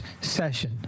session